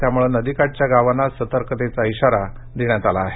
त्यामुळे नदीकाठच्या गावांना सतकतेघा इशारा देण्यात आला आहे